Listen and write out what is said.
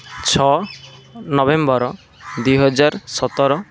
ଛଅ ନଭେମ୍ବର ଦୁଇ ହଜାର ସତର